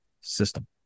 system